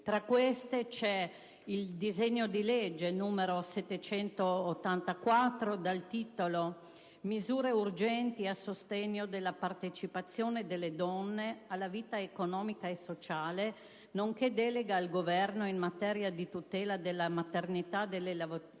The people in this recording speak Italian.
Tra queste, c'è il disegno di legge n. 784 («Misure urgenti a sostegno della partecipazione delle donne alla vita economica e sociale nonché deleghe al Governo in materia di tutela della maternità delle lavoratrici